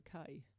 okay